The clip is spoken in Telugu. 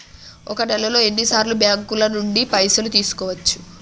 ఒక నెలలో ఎన్ని సార్లు బ్యాంకుల నుండి పైసలు తీసుకోవచ్చు?